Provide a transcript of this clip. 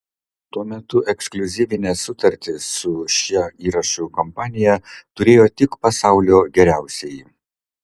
tuo metu ekskliuzyvines sutartis su šia įrašų kompanija turėjo tik pasaulio geriausieji